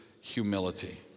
humility